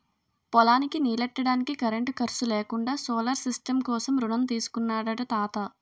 పొలానికి నీల్లెట్టడానికి కరెంటు ఖర్సు లేకుండా సోలార్ సిస్టం కోసం రుణం తీసుకున్నాడట తాత